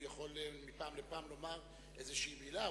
הוא יכול מפעם לפעם לומר איזו מלה,